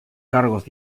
cargos